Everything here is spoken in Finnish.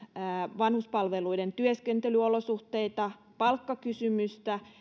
vanhuspalveluiden työskentelyolosuhteita palkkakysymystä